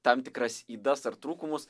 tam tikras ydas ar trūkumus